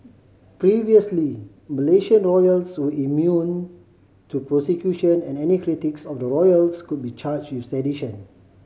previously Malaysian royals were immune to prosecution and any critics of the royals could be charged with sedition